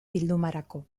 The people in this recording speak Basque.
bildumarako